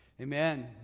Amen